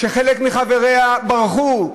שחלק מחבריה ברחו,